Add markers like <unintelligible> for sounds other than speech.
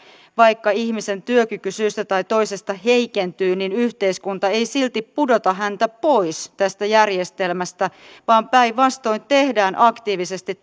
vaikka ihmisen työkyky syystä tai toisesta heikentyy niin yhteiskunta ei silti pudota häntä pois tästä järjestelmästä vaan päinvastoin tehdään aktiivisesti <unintelligible>